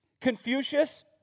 Confucius